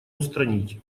устранить